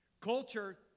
Culture